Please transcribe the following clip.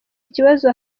ikibazo